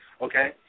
Okay